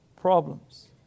problems